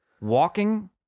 walking